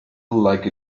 like